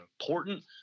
important